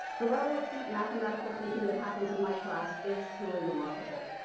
the level of deep mathematical thinking that happens in my class is truly remarkable.